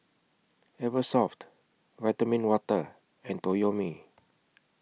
Eversoft Vitamin Water and Toyomi